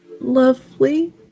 lovely